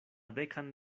dekan